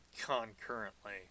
concurrently